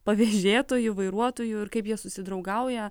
pavėžėtoju vairuotoju ir kaip jie susidraugauja